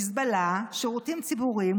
מזבלה ושירותים ציבוריים,